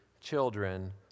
children